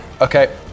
Okay